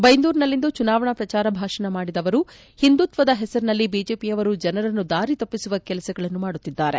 ಬೈಂದೂರಿನಲ್ಲಿಂದು ಚುನಾವಣಾ ಪ್ರಚಾರ ಭಾಷಣ ಮಾಡಿದ ಅವರು ಹಿಂದುತ್ವದ ಹೆಸರಿನಲ್ಲಿ ಬಿಜೆಪಿಯವರು ಜನರನ್ನು ದಾರಿ ತಪ್ಪಿಸುವ ಕೆಲಸವನ್ನು ಮಾಡುತ್ತಿದ್ದಾರೆ